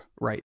right